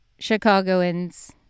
Chicagoans